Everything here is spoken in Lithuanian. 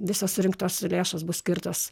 visos surinktos lėšos bus skirtos